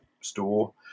store